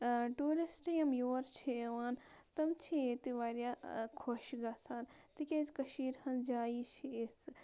tourist یِم یور چھِ یِوان تِم چھِ ییٚتہِ واریاہ خوش گَژھان تِکیٛازِ کٔشیٖرِ ہٕنٛز جایہِ چھِ یِژھٕ